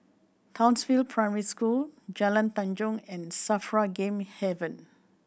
Townsville Primary School Jalan Tanjong and SAFRA Game Haven